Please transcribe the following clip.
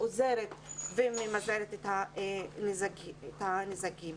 עוזרת וממזערת את הנזקים.